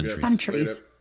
Countries